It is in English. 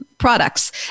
products